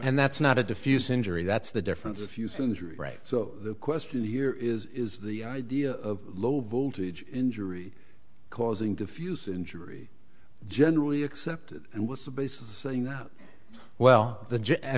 and that's not a diffuse injury that's the difference a few things are right so the question here is is the idea of low voltage injury causing diffuse injury generally accepted and what's the basis of that well the